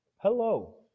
hello